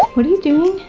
what are you doing?